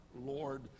Lord